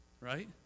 Right